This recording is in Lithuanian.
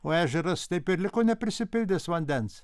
o ežeras taip ir liko neprisipildęs vandens